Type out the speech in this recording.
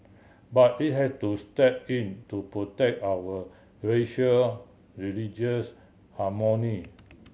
but it has to step in to protect our racial religious harmony